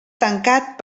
tancat